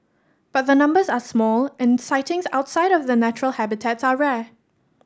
but the numbers are small and sightings outside of their natural habitats are rare